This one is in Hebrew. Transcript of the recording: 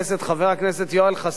חבר הכנסת יואל חסון,